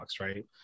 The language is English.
right